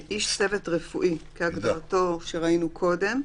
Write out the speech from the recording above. איש צוות רפואי כהגדרתו בסעיף 15(א)(3)